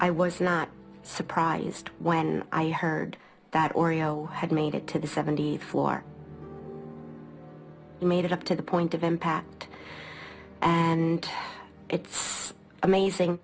i was not surprised when i heard that oreo had made it to the seventy four and made it up to the point of impact and it's amazing